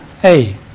hey